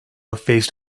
faced